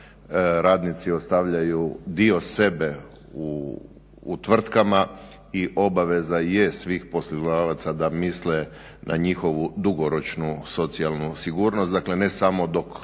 Radnici ostavljaju dio sebe u tvrtkama i obaveza je svih poslodavaca da misle na njihovu dugoročnu socijalnu sigurnost, dakle ne samo dok